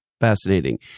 fascinating